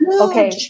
okay